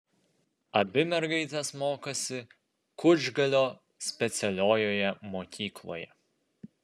abi mergaitės mokosi kučgalio specialiojoje mokykloje